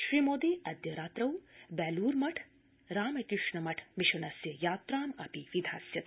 श्री मोदी अद्य रात्रौ बेलूर मठ राम कृष्ण मठ मिशनस्य यात्रामपि विधास्यति